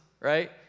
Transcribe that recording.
right